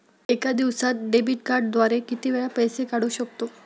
एका दिवसांत डेबिट कार्डद्वारे किती वेळा पैसे काढू शकतो?